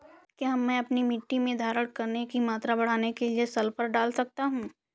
क्या मैं अपनी मिट्टी में धारण की मात्रा बढ़ाने के लिए सल्फर डाल सकता हूँ?